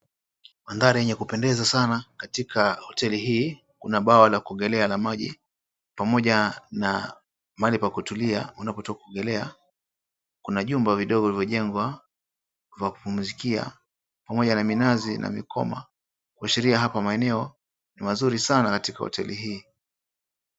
Mandhari yenye kupendeza sana katika hoteli hii kuna bwawa la kuogelea na maji, pamoja na mahali pa kutulia unapotoka kuogelea. Kuna jumba vidogo vilivyojengwa vya kupumzikia pamoja na minazi na mikoma, kuashiria hapa maeneo ni mazuri sana katika hoteli hii.